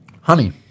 Honey